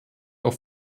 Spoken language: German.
auf